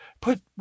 put